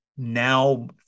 now